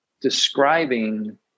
describing